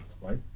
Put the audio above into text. right